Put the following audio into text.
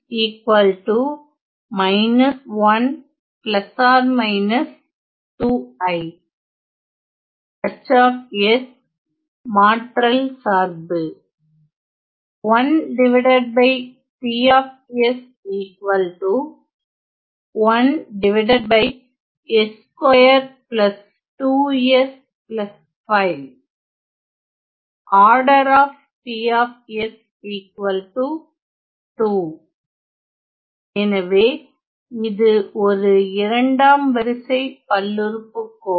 H மாற்றல் சார்பு எனவே இது ஒரு இரண்டாம் வரிசை பல்லுறுப்புக் கோவை